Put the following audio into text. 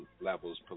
levels